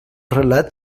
relat